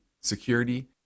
security